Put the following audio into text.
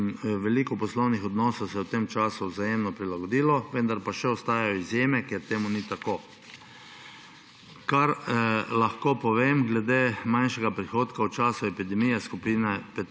Veliko poslovnih odnosov se je v tem času vzajemno prilagodilo, vendar pa še ostajajo izjeme, kjer temu ni tako. Kar lahko povem glede manjšega prihodka v času epidemije skupine